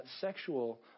sexual